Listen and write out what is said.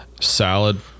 salad